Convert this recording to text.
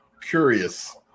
Curious